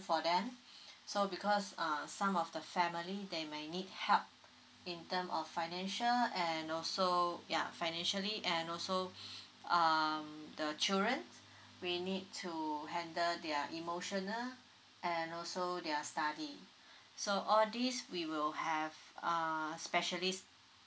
for them so because uh some of the family they may need help in terms of financial and also ya financially and also um the children we need to handle their emotional and also their study so all these we will have uh specialist